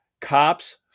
cops